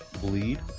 bleed